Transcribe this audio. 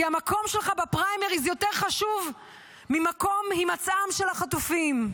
כי המקום שלך בפריימריז יותר חשוב ממקום הימצאם של החטופים.